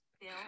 Bill